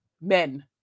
Men